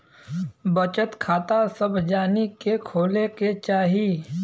बचत खाता सभ जानी के खोले के चाही